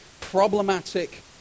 problematic